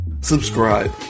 Subscribe